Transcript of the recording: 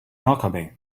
alchemy